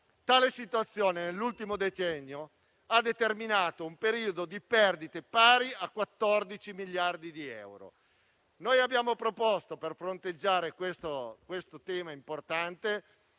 Tale situazione nell'ultimo decennio ha determinato un periodo di perdite pari a 14 miliardi di euro. Per fronteggiare questo problema importante